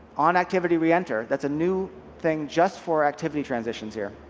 on activity reenter, that's a new thing just for activity trgs trgs here.